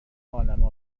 عالمه